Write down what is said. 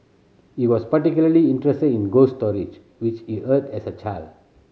he was particularly interested in ghost stories which he heard as a child